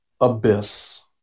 abyss